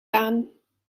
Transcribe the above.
aan